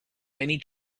many